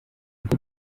bwo